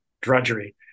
drudgery